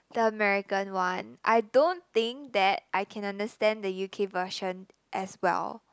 the American one I don't think that I can understand the u_k version as well